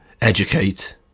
Educate